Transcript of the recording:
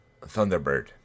Thunderbird